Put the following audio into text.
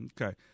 Okay